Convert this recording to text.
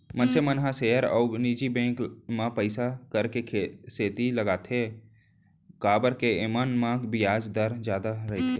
मनसे मन ह सेयर अउ निजी बेंक म पइसा एकरे सेती लगाथें काबर के एमन म बियाज दर जादा रइथे